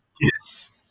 Yes